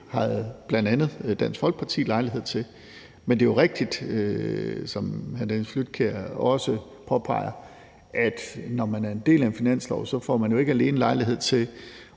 havde bl.a. Dansk Folkeparti lejlighed til. Men det er jo rigtigt, som hr. Dennis Flydtkjær også påpeger, at man, når man er en del af en finanslov, så ikke alene får lejlighed til